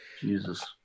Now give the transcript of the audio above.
Jesus